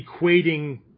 equating